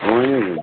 ؤنِو جی